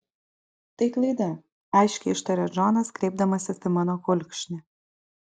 tai klaida aiškiai ištaria džonas kreipdamasis į mano kulkšnį